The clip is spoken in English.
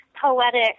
poetic